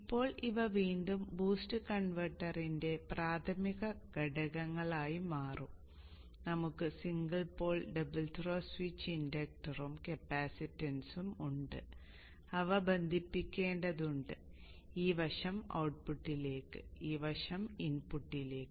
ഇപ്പോൾ ഇവ വീണ്ടും ബൂസ്റ്റ് കൺവെർട്ടറിന്റെ പ്രാഥമിക ഘടകങ്ങളായി മാറും നമുക്ക് single pole double throw switch ഇൻഡക്ടറും കപ്പാസിറ്റൻസും ഉണ്ട് അവ ബന്ധിപ്പിക്കേണ്ടതുണ്ട് ഈ വശം ഔട്ട്പുട്ടിലേക്ക് ഈ വശം ഇൻപുട്ടിലേക്ക്